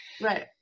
Right